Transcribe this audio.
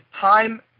time